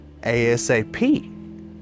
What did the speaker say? ASAP